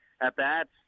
at-bats